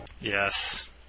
Yes